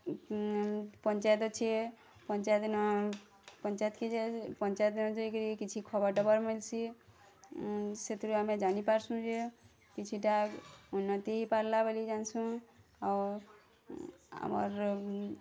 ପଞ୍ଚାୟତ ଅଛି ପଞ୍ଚାୟତ ନ ପଞ୍ଚାୟତ କେ ପଞ୍ଚାୟତ ଯାଇକରି କିଛି ଖବର୍ ଟବର୍ ମିଲ୍ସି ସେଥିରୁ ଆମେ ଜାନିପାରୁସୁଁ ଯେ କିଛିଟା ଉନ୍ନତି ହେଇପାର୍ଲା ବୋଲି ଯାନସୁଁ ଅର୍ ଆମର୍